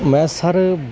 ਮੈਂ ਸਰ